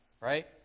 right